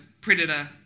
Predator